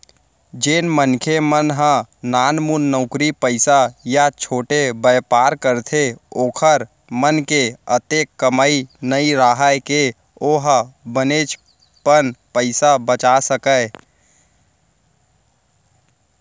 जेन मनखे मन ह नानमुन नउकरी पइसा या छोटे बयपार करथे ओखर मन के अतेक कमई नइ राहय के ओ ह बनेचपन पइसा बचा सकय